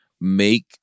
make